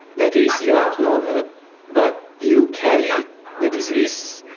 that is you are normal but you carry the disease.